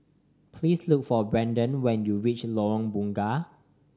please look for Brandan when you reach Lorong Bunga